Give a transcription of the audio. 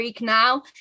Now